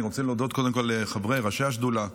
אני רוצה להודות קודם כול לחברי וראשי השדולה.